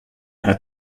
her